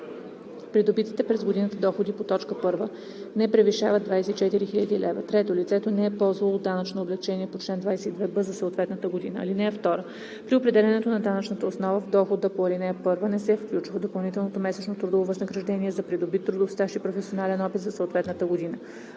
Придобитите през годината доходи по т.1 не превишават 24 000 лв.; 3. Лицето не е ползвало данъчно облекчение по чл. 22б за съответната година. (2) При определянето на данъчната основа, в дохода по ал. 1 не се включва допълнителното месечно трудово възнаграждение за придобит трудов стаж и професионален опит за съответната година.